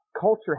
culture